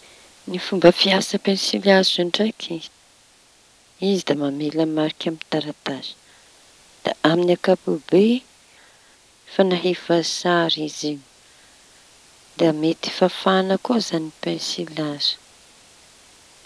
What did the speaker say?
Ny fomba fiasa pesily hazo ndraiky izy da mamela mariky amy taratasy. Da amin'ny ankapobeny fañahiva sary izy da mety fafaña koa zañy pesily hazo.